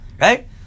Right